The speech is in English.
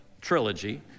trilogy